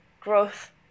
growth